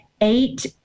eight